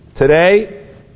Today